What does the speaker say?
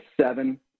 seven